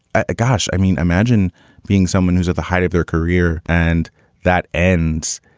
ah gosh, i mean, imagine being someone who's at the height of their career and that ends.